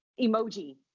Emoji